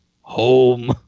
home